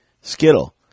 Skittle